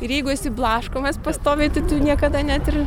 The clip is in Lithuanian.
ir jeigu esi blaškomas pastoviai tai tu niekada net ir